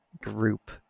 group